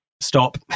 stop